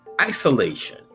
Isolation